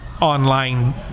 online